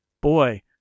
boy